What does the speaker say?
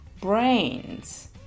brains